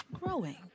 Growing